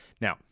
Now